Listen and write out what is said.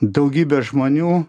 daugybė žmonių